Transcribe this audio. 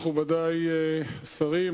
מכובדי השרים,